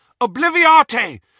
Obliviate